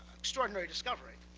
extraordinary discovery.